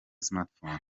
smartphones